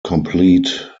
complete